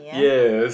yes